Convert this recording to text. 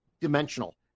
dimensional